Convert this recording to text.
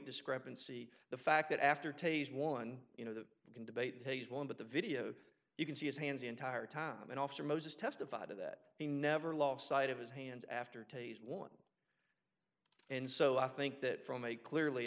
discrepancy the fact that after tase one you know that you can debate page one but the video you can see his hands the entire time and officer moses testified that he never lost sight of his hands after tay's one and so i think that from a clearly